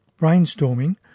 brainstorming